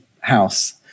house